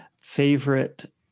favorite